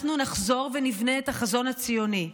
אנחנו נחזור ונבנה את החזון הציוני.